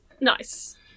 Nice